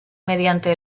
mediante